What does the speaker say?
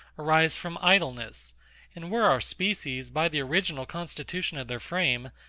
arise from idleness and were our species, by the original constitution of their frame,